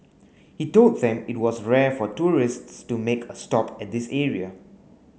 he told them it was rare for tourists to make a stop at this area